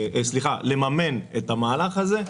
לממן את המהלך הזה.